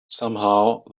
somehow